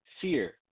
Fear